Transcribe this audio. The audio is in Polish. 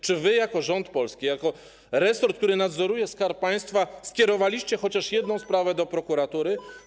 Czy wy jako rząd polski, jako resort, który nadzoruje Skarb Państwa, skierowaliście chociaż jedną sprawę do prokuratury?